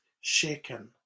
shaken